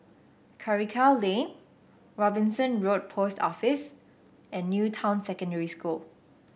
Karikal Lane Robinson Road Post Office and New Town Secondary School